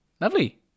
Lovely